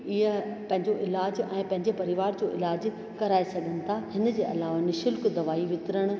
ईअं पंहिंजो इलाजु ऐं पंहिंजे परिवार जो इलाजु कराए सघनि था हिन जे अलावा निःशुल्क दवाई वितरण